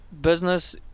business